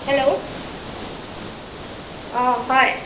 hello অঁ হয়